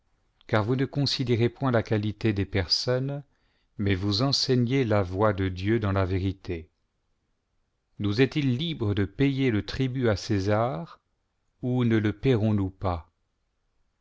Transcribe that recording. car vous ne considérez point la qualité des personnes mais vous enseignez la voie de dieu dans la vérité nous est-il libre de payer le tribut à césar ou ne le paierons nous pas